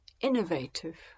innovative